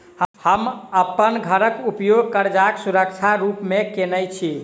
हम अप्पन घरक उपयोग करजाक सुरक्षा रूप मेँ केने छी